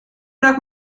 nach